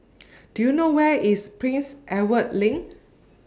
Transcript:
Do YOU know Where IS Prince Edward LINK